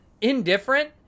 indifferent